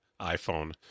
iPhone